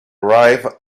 arrive